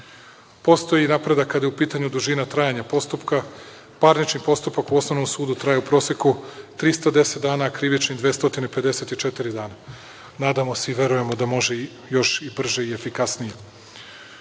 napredak kada je u pitanju dužina trajanja postupka. Parnični postupak u osnovnom sudu trajao je u proseku 310 dana, krivični 254 dana. Nadamo se i verujemo da može još brže i efikasnije.U